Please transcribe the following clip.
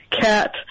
cat